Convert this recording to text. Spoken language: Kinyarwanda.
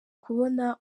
kubona